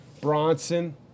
Bronson